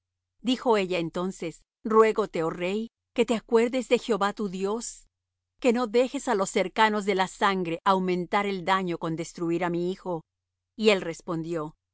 dijo ella entonces ruégote oh rey que te acuerdes de jehová tu dios que no dejes á los cercanos de la sangre aumentar el daño con destruir á mi hijo y él respondió